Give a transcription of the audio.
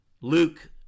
Luke